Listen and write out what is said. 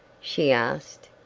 she asked.